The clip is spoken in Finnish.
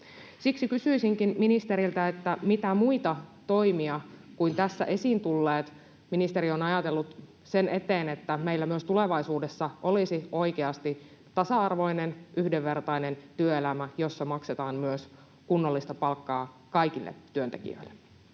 Siksi kysyisinkin ministeriltä: mitä muita toimia kuin tässä esiin tulleet ministeri on ajatellut sen eteen, että meillä myös tulevaisuudessa olisi oikeasti tasa-arvoinen, yhdenvertainen työelämä, jossa maksetaan myös kunnollista palkkaa kaikille työntekijöille?